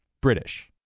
British